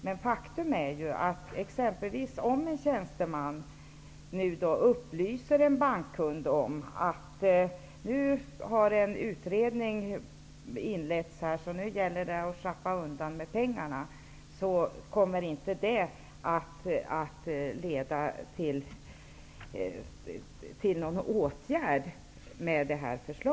Men faktum är ju att det med det här förslaget inte kommer att leda till någon åtgärd om exempelvis en tjänsteman upplyser en bankkund om att en utredning nu har inletts och att det därför gäller att sjappa med pengarna.